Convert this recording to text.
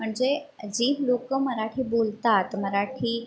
म्हणजे जे लोक मराठी बोलतात मराठी